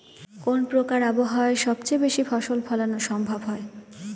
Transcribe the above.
কোন প্রকার আবহাওয়ায় সবচেয়ে বেশি ফসল ফলানো সম্ভব হয়?